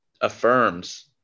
affirms